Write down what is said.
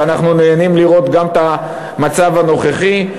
ואנחנו נהנים לראות את המצב הנוכחי,